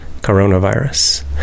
coronavirus